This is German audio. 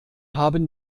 haben